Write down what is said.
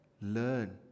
learn